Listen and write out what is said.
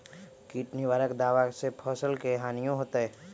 किट निवारक दावा से फसल के हानियों होतै?